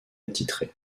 attitré